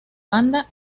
banda